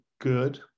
good